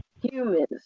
humans